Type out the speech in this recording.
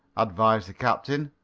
advised the captain.